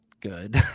good